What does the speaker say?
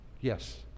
Yes